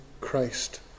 Christ